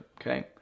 Okay